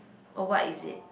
oh what is it